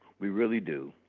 we really do.